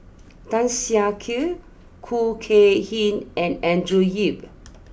Tan Siak Kew Khoo Kay Hian and Andrew Yip